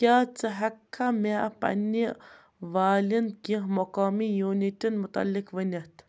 کیٛاہ ژٕ ہٮ۪ککھا مےٚ پنٛنہِ والٮ۪ن کینٛہہ مقٲمی یوٗنِٹَن مُتعلق ؤنِتھ